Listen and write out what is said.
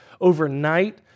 overnight